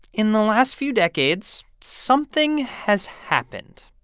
in the last few decades, something has happened.